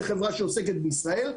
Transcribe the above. חברה שעוסקת בישראל,